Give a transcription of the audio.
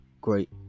great